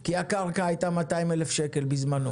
כי הקרקע הייתה 200,000 שקל בזמנו,